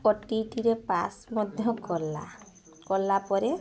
ଓଟିଇଟିରେ pass ମଧ୍ୟ କଲା କଲା ପରେ